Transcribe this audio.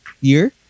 year